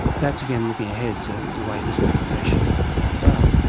that's again looking ahead to the way this meditation ends up,